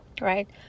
right